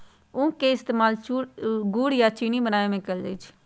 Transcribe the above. उख के इस्तेमाल गुड़ आ चिन्नी बनावे में कएल जाई छई